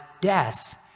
death